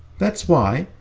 that's why,